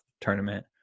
tournament